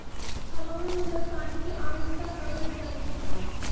हवा में मिलल पानी के आर्द्रता कहल जाई छई